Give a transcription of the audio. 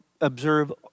observe